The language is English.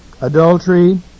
adultery